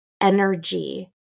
energy